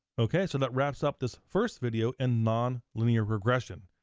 okay so that wraps up this first video in nonlinear regression.